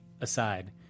aside